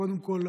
קודם כול,